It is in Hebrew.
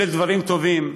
אלה דברים טובים,